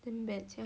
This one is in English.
damn bad sia